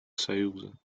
союза